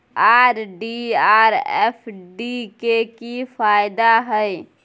RD or FD के की फायदा हय?